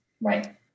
Right